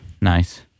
Nice